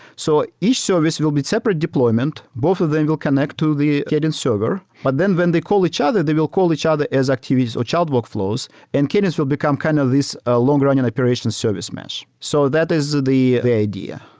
so each service will be separate deployment. both of them will connect to the cadence server. but then when they call each other, they will call each other as activities or child workflows and cadence will become kind of this ah longer-running operation service mesh. so that is the the idea,